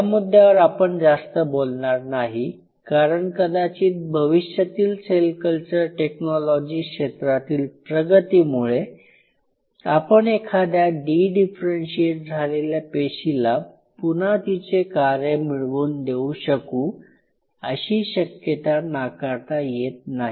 या मुद्द्यावर आपण जास्त बोलणार नाही कारण कदाचित भविष्यातील सेल कल्चर टेक्नॉलॉजी क्षेत्रातील प्रगतीमुळे आपण एखाद्या डी डिफरेंशीएट झालेल्या पेशीला पुन्हा तिचे कार्य मिळवून देऊ शकू अशी शक्यता नाकारता येत नाही